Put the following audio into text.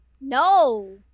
No